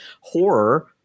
horror